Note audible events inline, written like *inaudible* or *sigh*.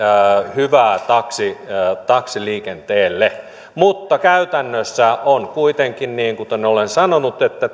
hyvää taksiliikenteelle mutta käytännössä on kuitenkin niin kuten olen sanonut että *unintelligible*